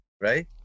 right